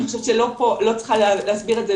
ואני חושבת שאני לא צריכה להסביר את זה,